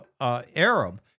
Arab